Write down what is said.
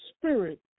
spirit